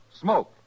Smoke